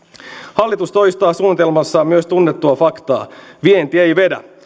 hallitus toistaa suunnitelmassaan myös tunnettua faktaa vienti ei vedä